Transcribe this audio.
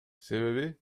себеби